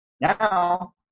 Now